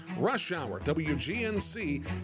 RushHourWGNC